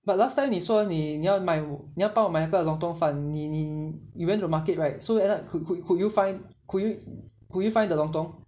but last time 你说你要买我你要帮我那个 lontong 饭你你 you went to market right so end up could could you find could you find the lontong